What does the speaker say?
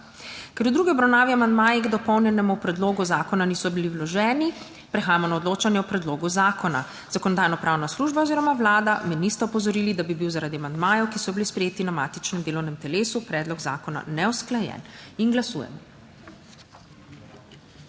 Ker v drugi obravnavi amandmaji k dopolnjenemu predlogu zakona niso bili vloženi, prehajamo na odločanje o predlogu zakona. Zakonodajno-pravna služba oziroma Vlada me nista opozorili, da bi bil zaradi amandmajev, ki so bili sprejeti na matičnem delovnem telesu, predlog zakona neusklajen. Glasujemo.